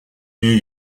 new